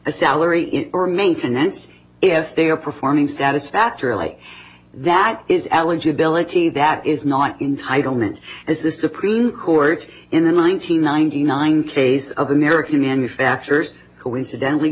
a salary in or maintenance if they are performing satisfactorily that is eligibility that is not entitle meant as the supreme court in the one nine hundred ninety nine case of american manufacturers who incidentally